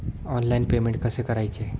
Online payment कसे करायचे?